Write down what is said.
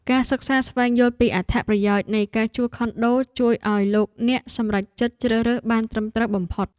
ការសិក្សាស្វែងយល់ពីអត្ថប្រយោជន៍នៃការជួលខុនដូជួយឱ្យលោកអ្នកសម្រេចចិត្តជ្រើសរើសបានត្រឹមត្រូវបំផុត។